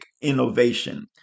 innovation